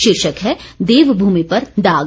शीर्षक है देवमूमि पर दाग